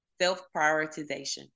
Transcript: Self-prioritization